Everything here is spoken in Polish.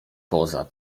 poza